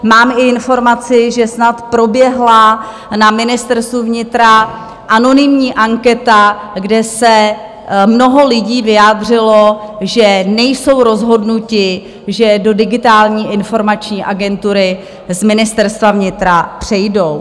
Mám informaci, že snad proběhla na Ministerstvu vnitra anonymní anketa, kde se mnoho lidí vyjádřilo, že nejsou rozhodnuti, že do Digitální informační agentury z Ministerstva vnitra přejdou.